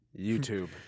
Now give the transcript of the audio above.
YouTube